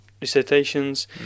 recitations